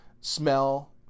smell